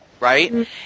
Right